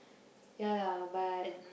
ya lah but